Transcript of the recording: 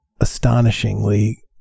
astonishingly